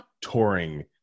touring